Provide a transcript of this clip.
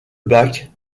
bac